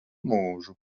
mūžu